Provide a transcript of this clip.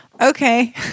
okay